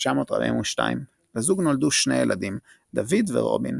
1942. לזוג נולדו שני ילדים דוד ורובין.